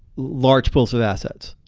large pools of assets.